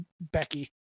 Becky